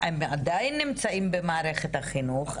הם עדיין נמצאים במערכת החינוך,